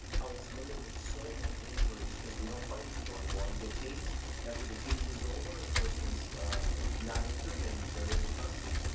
how is limited so many injuries cause we don't fight with people anymore. you get tased after the teasings over. the person's not injured and they're into custody.